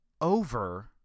over